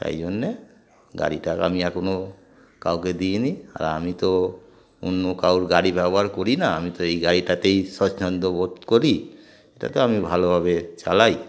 তাই জন্যে গাড়িটা আমি এখনও কাউকে দিই নি আর আমি তো অন্য কারোর গাড়ি ব্যবহার করি না আমি তো এই গাড়িটাতেই স্বচ্ছন্দ্য বোধ করি এটাতেো আমি ভালোভাবে চালাই